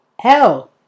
Hell